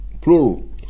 plural